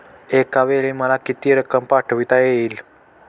एकावेळी मला किती रक्कम पाठविता येईल?